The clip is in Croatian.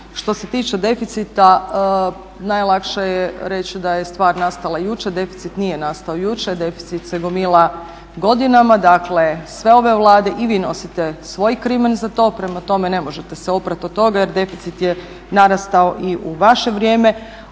Što se tiče deficita najlakše je reći da je stvar nastala jučer. Deficit nije nastao jučer, deficit se gomila godinama. Dakle sve ove vlade i vi nosite svoj krimen za to, prema tome ne možete se oprati od toga jer deficit je narastao i u vaše vrijeme.